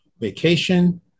vacation